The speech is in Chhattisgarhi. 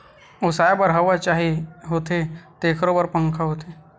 ओसाए बर हवा चाही होथे तेखरो बर पंखा होथे